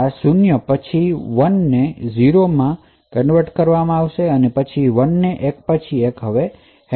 આ 0 પછી 1 માં ઇન્વર્ટ થાય પછી 0 માં અને પછી ફરી 1 અને પછી એક ફીડબેક છે